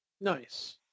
Nice